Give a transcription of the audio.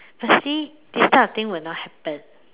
firstly this type of thing will not happen